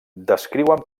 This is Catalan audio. descriuen